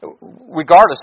regardless